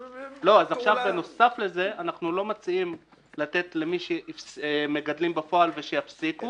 עכשיו בנוסף לזה אנחנו לא מציעים לתת למי שמגדלים בפועל ושיפסיקו,